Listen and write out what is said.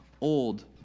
old